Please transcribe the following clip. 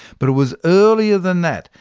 but it was earlier than that,